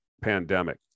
pandemic